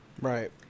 right